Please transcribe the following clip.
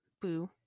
boo